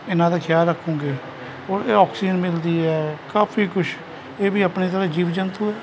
ਇਹਨਾਂ ਦਾ ਖਿਆਲ ਇਹਨਾਂ ਦਾ ਖਿਆਲ ਰੱਖੋਗੇ ਔਰ ਇਹ ਆਕਸੀਜਨ ਮਿਲਦੀ ਹੈ ਕਾਫੀ ਕੁਛ ਇਹ ਵੀ ਆਪਣੀ ਤਰ੍ਹਾਂ ਜੀਵ ਜੰਤੁ ਹੈ